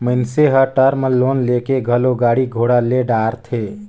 मइनसे हर term loan लेके घलो गाड़ी घोड़ा ले डारथे